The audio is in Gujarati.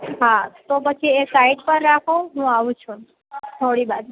હા તો એ પછી સાઈડ પર રાખો હું આવું છું થોડીવારમાં